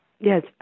Yes